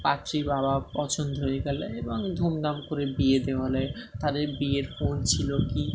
পাত্রীর বাবার পছন্দ হয়ে গেলে এবং ধুমধাম করে বিয়ে দেওয়া হলো তাদের বিয়ের পণ ছিল কী